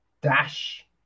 Dash